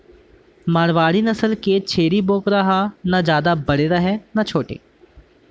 मारवाड़ी नसल के छेरी बोकरा ह न जादा बड़े रहय न छोटे